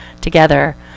together